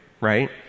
right